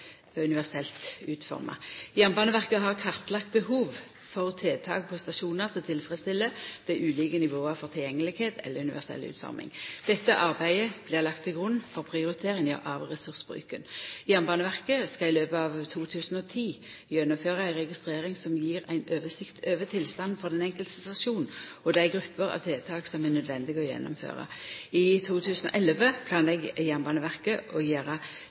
universelt utforma. Jernbaneverket har kartlagt behov for tiltak på stasjonar som tilfredsstiller dei ulike nivåa for tilgjengelegheit eller universell utforming. Dette arbeidet blir lagt til grunn for prioriteringa av ressursbruken. Jernbaneverket skal i løpet av 2010 gjennomføra ei registrering som gjev ei oversikt over tilstanden for den enkelte stasjonen og dei grupper av tiltak som er nødvendige å gjennomføra. I 2011 planlegg Jernbaneverket å gjera